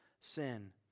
sin